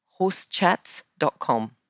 horsechats.com